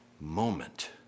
moment